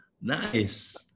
Nice